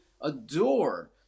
adore